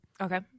Okay